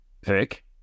pick